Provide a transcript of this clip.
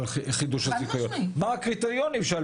ומה הקריטריונים.